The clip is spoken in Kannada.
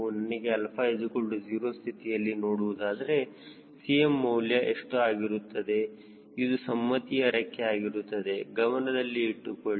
ನನಗೆ 𝛼 0 ಸ್ಥಿತಿಯಲ್ಲಿ ನೋಡುವುದಾದರೆ Cm ಮೌಲ್ಯ ಎಷ್ಟು ಆಗಿರುತ್ತದೆ ಇದು ಸಮ್ಮತಿಯ ರೆಕ್ಕೆ ಆಗಿರುತ್ತದೆ ಗಮನದಲ್ಲಿ ಇಟ್ಟುಕೊಳ್ಳಿ